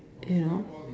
you know